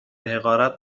حقارت